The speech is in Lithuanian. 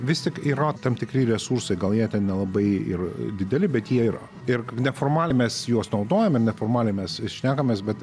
vis tik yra tam tikri resursai gal jie nelabai ir dideli bet jie yra ir neformaliai mes juos naudojam ir neformaliai mes šnekamės bet